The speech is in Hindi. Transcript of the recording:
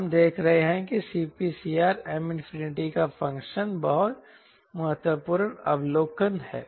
हम देख रहे हैं कि CPCR M का फंक्शन M बहुत महत्वपूर्ण अवलोकन है